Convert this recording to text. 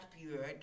period